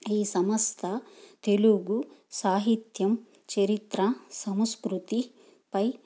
ఈ సంస్థ తెలుగు సాహిత్యం చరిత్ర సంస్కృతి పై